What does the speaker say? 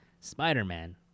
Spider-Man